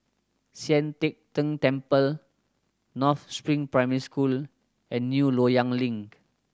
Sian Teck Tng Temple North Spring Primary School and New Loyang Link